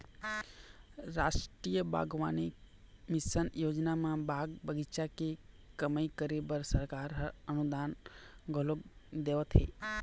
रास्टीय बागबानी मिसन योजना म बाग बगीचा के कमई करे बर सरकार ह अनुदान घलोक देवत हे